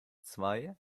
zwei